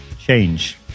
change